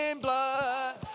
blood